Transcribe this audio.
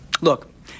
Look